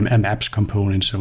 um and maps component. so